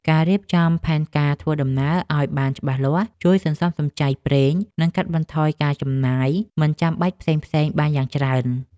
ការរៀបចំផែនការធ្វើដំណើរឱ្យបានច្បាស់លាស់ជួយសន្សំសំចៃប្រេង និងកាត់បន្ថយការចំណាយមិនចាំបាច់ផ្សេងៗបានយ៉ាងច្រើន។